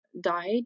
died